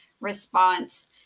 response